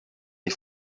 des